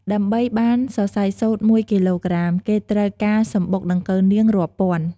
ដើម្បីបានសរសៃសូត្រមួយគីឡូក្រាម គេត្រូវការសំបុកដង្កូវនាងរាប់ពាន់។